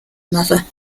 another